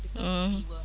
mm